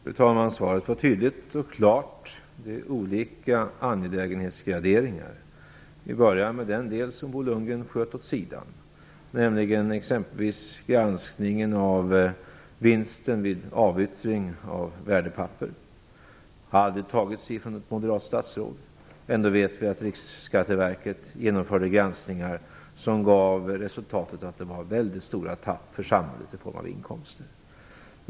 Fru talman! Svaret är tydligt och klart: Det är olika angelägenhetsgraderingar. Vi började med den del som Bo Lundgren sköt åt sidan, nämligen exempelvis granskningen av vinster vid avyttring av värdepapper som gjordes av moderat statsråd. Ändå vet vi att Riksskatteverket genomförde granskningar som gav resultatet att de har väldigt stora tapp för samhället i form av inkomster.